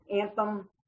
Anthem